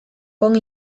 kong